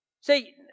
See